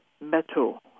metal